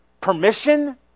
permission